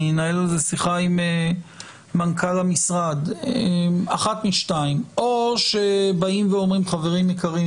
אנהל על זה שיחה עם מנכ"ל המשרד או שאומרים: חברים יקרים,